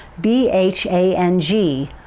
b-h-a-n-g